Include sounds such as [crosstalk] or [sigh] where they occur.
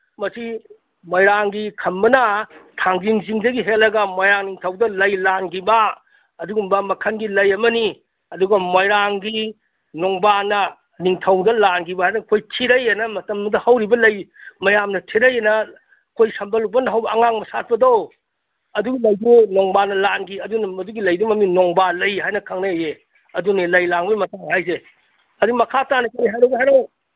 ꯃꯁꯤ ꯃꯣꯏꯔꯥꯡꯒꯤ ꯈꯝꯕꯅ ꯊꯥꯡꯖꯤꯡ ꯆꯤꯡꯗꯒꯤ ꯍꯦꯛꯂꯒ ꯃꯣꯏꯔꯥꯡ ꯅꯤꯡꯊꯧꯗ ꯂꯩ ꯂꯥꯟꯈꯤꯕ ꯑꯗꯨꯒꯨꯝꯕ ꯃꯈꯜꯒꯤ ꯂꯩ ꯑꯃꯅꯤ ꯑꯗꯨꯒ ꯃꯣꯏꯔꯥꯡꯒꯤ ꯅꯣꯡꯕꯥꯟꯅ ꯅꯤꯡꯊꯧꯗ ꯂꯥꯟꯈꯤꯕ ꯍꯥꯏꯔꯒ ꯑꯩꯈꯣꯏ ꯊꯤꯔꯩ ꯍꯥꯏꯅ ꯃꯇꯝꯗꯨꯗ ꯍꯧꯔꯤꯕ ꯂꯩ ꯃꯌꯥꯝꯅ ꯊꯤꯔꯩꯅ ꯑꯩꯈꯣꯏ ꯁꯝꯕꯜ ꯂꯨꯛꯄꯟꯗ ꯍꯧꯕ ꯑꯉꯥꯡꯕ ꯁꯥꯠꯄꯗꯣ ꯑꯗꯨ ꯂꯩꯗꯣ ꯅꯣꯡꯕꯥꯟꯅ ꯂꯥꯟꯈꯤ ꯑꯗꯨꯅ ꯃꯗꯨꯒꯤ ꯂꯩꯗꯨꯒꯤ ꯃꯃꯤꯡ ꯅꯣꯡꯕꯥꯜꯂꯩ ꯍꯥꯏꯅ ꯈꯪꯅꯩꯌꯦ ꯑꯗꯨꯅꯦ ꯂꯩ ꯂꯥꯡꯕꯩ ꯃꯇꯥꯡ ꯍꯥꯏꯁꯦ ꯑꯗꯨ ꯃꯈꯥ ꯇꯥꯅ [unintelligible]